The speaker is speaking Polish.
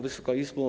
Wysoka Izbo!